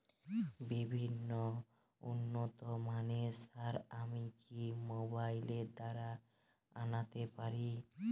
বিভিন্ন উন্নতমানের সার আমি কি মোবাইল দ্বারা আনাতে পারি?